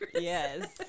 Yes